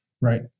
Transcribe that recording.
right